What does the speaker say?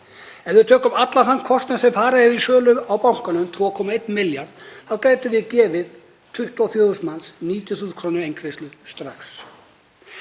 Ef við tökum allan þann kostnað sem farið hefur í sölu á bankanum, 2,1 milljarð, þá gætum við gefið 24.000 manns 90.000 kr. eingreiðslu strax.